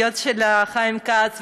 היועץ של חיים כץ,